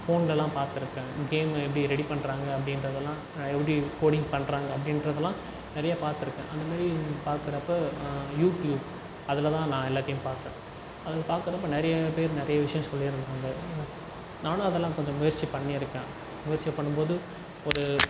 ஃபோன்லல்லாம் பார்த்துருக்கேன் கேம்மு எப்படி ரெடி பண்ணுறாங்க அப்படின்றதலாம் யூடியூப் கோடிங் பண்ணுறாங்க அப்படின்றதலாம் நிறைய பார்த்துருக்கேன் அந்த மாதிரி பார்க்குறப்ப யூடியூப் அதில் தான் நான் எல்லாத்தையும் பார்த்தேன் அது பார்க்குறப்ப நிறைய பேர் நிறைய விஷயம் சொல்லிருந்தாங்க நானும் அதெலாம் கொஞ்சம் முயற்சிப் பண்ணியிருக்கேன் முயற்சி பண்ணும் போது ஒரு